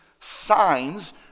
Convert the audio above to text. signs